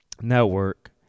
Network